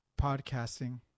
podcasting